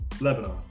Lebanon